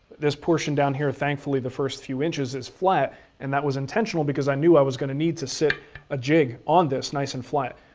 this portion down here, thankfully, the first few inches is flat and that was intentional because i knew i was gonna need to sit a jig on this nice and flat.